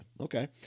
okay